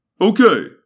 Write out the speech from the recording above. Okay